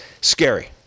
scary